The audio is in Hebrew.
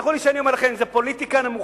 תסלחו לי שאני אומר לכם, זה פוליטיקה נמוכה.